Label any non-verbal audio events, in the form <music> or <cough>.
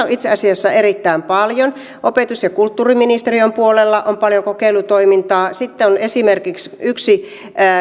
<unintelligible> on itse asiassa erittäin paljon opetus ja kulttuuriministeriön puolella on paljon kokeilutoimintaa sitten on esimerkiksi yksi